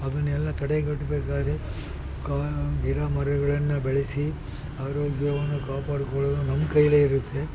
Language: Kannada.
ಅದನ್ನೆಲ್ಲ ತಡೆಗಟ್ಟಬೇಕಾದ್ರೆ ಕಾ ಗಿಡ ಮರಗಳನ್ನು ಬೆಳೆಸಿ ಆರೋಗ್ಯವನ್ನು ಕಾಪಾಡ್ಕೊಳ್ಳೋದು ನಮ್ಮ ಕೈಯ್ಯಲ್ಲೇ ಇರುತ್ತೆ